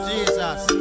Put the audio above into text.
Jesus